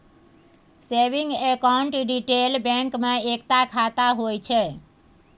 saving account retail bank मे एकता खाता होइ छै